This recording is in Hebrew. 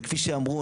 כפי שאמרו,